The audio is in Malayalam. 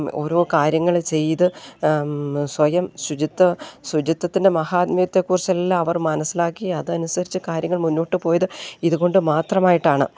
ഓരോ കാര്യങ്ങൾ ചെയ്ത് സ്വയം ശുചിത്വ ശുചിത്വത്തിൻ്റെ മഹാത്മ്യത്തെക്കുറിച്ചെല്ലാം അവർ മനസ്സിലാക്കി അതനുസരിച്ച് കാര്യങ്ങൾ മുന്നോട്ടു പോയത് ഇതു കൊണ്ടു മാത്രമായിട്ടാണ്